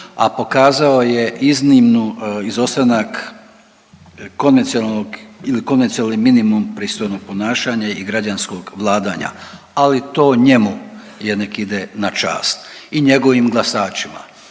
a pokazao je iznimnu izostanak konvencionalnog ili konvencionalni minimum pristojnog ponašanja i građanskog vladanja, ali to njemu je nek ide na čast i njegovim glasačima.